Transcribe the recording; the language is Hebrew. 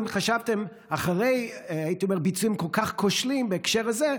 האם חשבתם אחרי ביצועים כל כך כושלים בהקשר הזה,